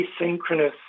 asynchronous